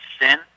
sin